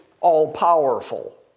all-powerful